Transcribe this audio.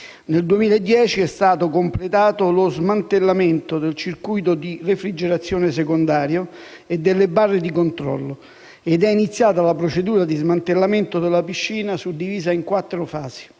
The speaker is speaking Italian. Nel 2010 è stato completato lo smantellamento del circuito di refrigerazione secondario e delle barre di controllo ed è iniziata la procedura di smantellamento della piscina, suddivisa in quattro fasi.